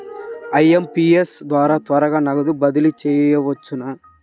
IMPS ద్వారా త్వరగా నగదు బదిలీ చేయవచ్చునా?